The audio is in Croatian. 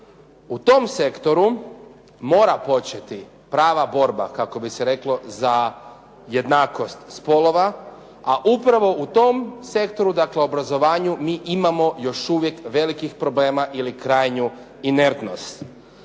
U tom sektoru mora početi prava borba kako bi se reklo za jednakost spolova, a upravo u tom sektoru, dakle obrazovanju mi imamo još uvijek velikih problema ili krajnju inertnost.